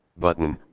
button,